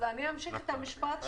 אז אני אמשיך את המשפט שלי.